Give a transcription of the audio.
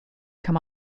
come